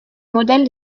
modèle